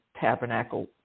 tabernacle